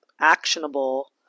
actionable